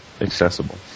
accessible